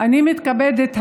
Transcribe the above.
אני מתכבדת היום,